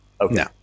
Okay